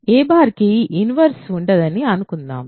a కి ఇన్వర్స్ ఉందని అనుకుందాం